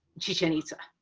chichen itza.